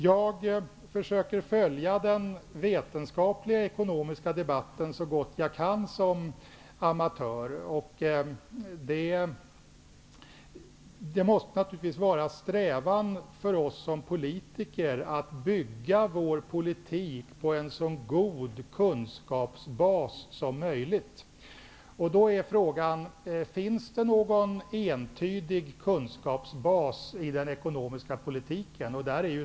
Jag försöker följa den vetenskapliga ekonomiska debatten så gott jag kan som amatör, och det måste naturligtvis vara strävan för oss som politiker att bygga vår politik på en så god kunskapsbas som möjligt. Då är frågan: Finns det någon entydig kunskapsbas i den ekonomiska politiken?